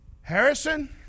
Harrison